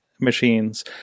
machines